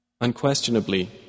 Unquestionably